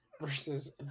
versus